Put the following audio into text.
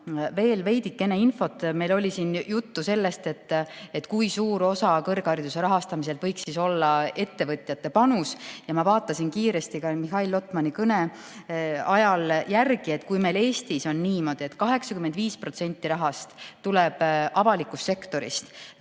veel veidikene infot. Meil oli siin juttu sellest, kui suur võiks kõrghariduse rahastamisel olla ettevõtjate panus. Ma vaatasin kiiresti Mihhail Lotmani kõne ajal järele, et Eestis on niimoodi, et 85% rahast tuleb avalikust sektorist,